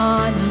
on